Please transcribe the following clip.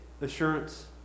assurance